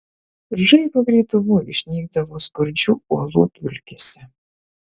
žaibo greitumu išnykdavo skurdžių uolų dulkėse